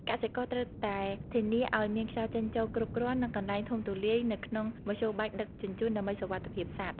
កសិករត្រូវតែធានាឱ្យមានខ្យល់ចេញចូលគ្រប់គ្រាន់ និងកន្លែងធំទូលាយនៅក្នុងមធ្យោបាយដឹកជញ្ជូន ដើម្បីសុវត្ថិភាពសត្វ។